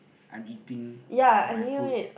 I'm eating my food